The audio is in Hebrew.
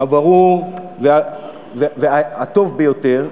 הברור והטוב ביותר,